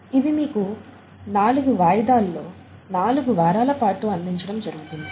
ఇవి మీకు నాలుగు వాయిదాల్లో నాలుగు వారాల పాటూ అందించడం జరుగుతుంది